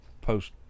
post